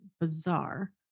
bizarre